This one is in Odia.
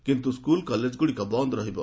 କିନ୍ତୁ ସ୍କୁଲ୍ କଲେଜଗୁଡ଼ିକ ବନ୍ଦ ରହିବ